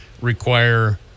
require